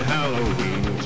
Halloween